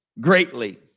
greatly